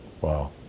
Wow